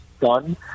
done